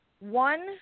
One